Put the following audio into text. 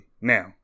Now